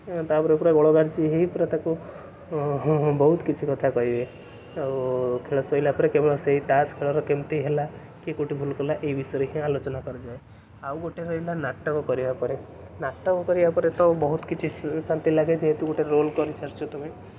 ଏଁ ତାପରେ ପୁରା ପୁରା ତାକୁ ହୁଁ ହୁଁ ବହୁତ କିଛି କଥା କହିବେ ଆଉ ଖେଳ ସଇଲା ପରେ କେବଳ ସେଇ ତାସ୍ ଖେଳର କେମିତି ହେଲା କିଏ କେଉଁଠି ଭୁଲ୍ କଲା ଏଇ ବିଷୟରେ ହିଁ ଆଲୋଚନା କରାଯାଏ ଆଉ ଗୋଟେ ରହିଲା ନାଟକ କରିବା ପରେ ନାଟକ କରିବା ପରେ ତ ବହୁତ କିଛି ଶାନ୍ତି ଲାଗେ ଯେହେତୁ ଗୋଟେ ରୋଲ କରି ସାରିଛ ତୁମେ